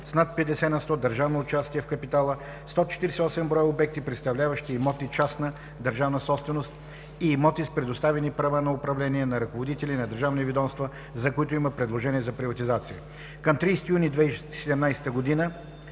с над 50 на сто държавно участие в капитала; 148 бр. обекти, представляващи имоти частна държавна собственост и имоти с предоставени права за управление на ръководители на държавни ведомства, за които има предложения за приватизация. Към 30 юни 2017 г.